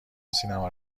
سینما